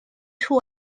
two